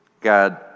God